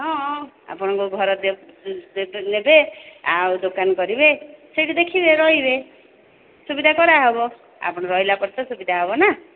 ହଁ ଆପଣଙ୍କ ଘର ନେବେ ଆଉ ଦୋକାନ କରିବେ ସେଇଠି ଦେଖିବେ ରହିବେ ସୁବିଧା କରାହେବ ଆପଣ ରହିଲାପରେ ତ ସୁବିଧା ହେବ ନା